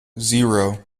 zero